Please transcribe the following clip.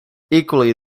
equally